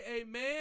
amen